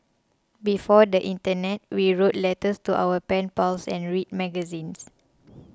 before the internet we wrote letters to our pen pals and read magazines